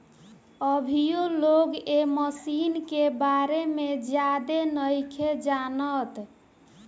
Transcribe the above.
अभीयो लोग ए मशीन के बारे में ज्यादे नाइखे जानत